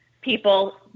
people